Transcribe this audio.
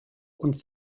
und